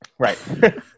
Right